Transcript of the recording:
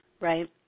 right